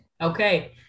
Okay